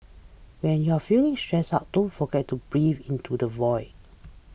when you are feeling stressed out don't forget to breathe into the void